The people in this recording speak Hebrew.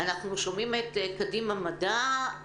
אנחנו שומעים את קדימה מדע,